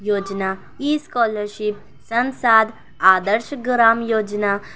Yojana e scholarship Sansad Adarsh Gram Yojana